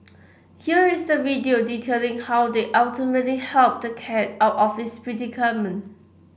here is the video detailing how they ultimately helped the cat out of its predicament